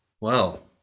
Well